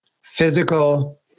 physical